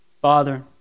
Father